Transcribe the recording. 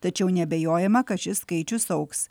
tačiau neabejojama kad šis skaičius augs